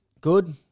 good